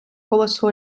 колесо